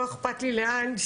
לא אכפת לי לאן,